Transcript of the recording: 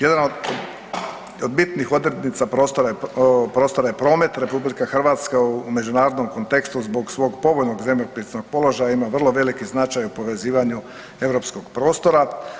Jedan od bitnih odrednica prostora i prometa RH u međunarodnom kontekstu, zbog svog povoljnog zemljopisnog položaja, ima vrlo veliki značaj u povezivanju europskog prostora.